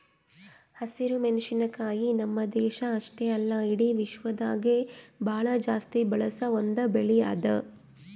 ಹಸಿರು ಮೆಣಸಿನಕಾಯಿ ನಮ್ಮ್ ದೇಶ ಅಷ್ಟೆ ಅಲ್ಲಾ ಇಡಿ ವಿಶ್ವದಾಗೆ ಭಾಳ ಜಾಸ್ತಿ ಬಳಸ ಒಂದ್ ಬೆಳಿ ಅದಾ